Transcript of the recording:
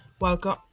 welcome